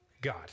God